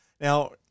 Now